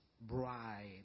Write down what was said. bride